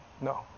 No